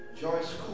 Joyce